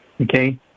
Okay